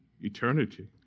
eternity